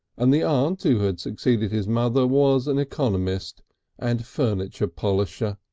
and the aunt who had succeeded his mother was an economist and furniture polisher,